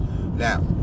Now